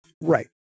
Right